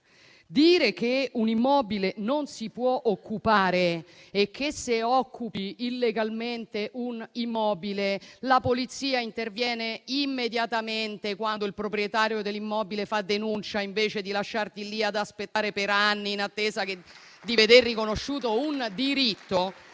sacra, che un immobile non si può occupare e che, se lo si occupa illegalmente, la Polizia interviene immediatamente, quando il proprietario ne faccia denuncia, invece di lasciarlo lì ad aspettare per anni, in attesa di vedersi riconosciuto un diritto